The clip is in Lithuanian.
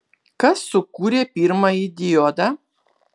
kas sukūrė pirmąjį diodą